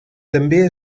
també